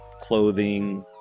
clothing